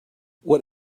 what